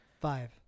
five